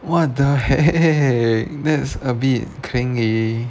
what the heck that's a bit clingy